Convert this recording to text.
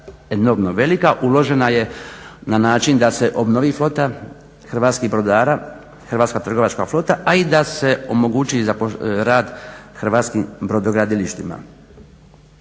enormno velika uložena je na način da se obnovi flota hrvatskih brodara, hrvatska trgovačka flota a i da se omogući rad hrvatskim brodogradilištima.